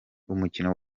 umukino